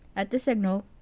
at the signal,